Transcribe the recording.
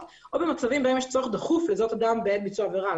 או במצבים בהם יש צורך דחוף לזהות אדם בעת ביצוע העבירה.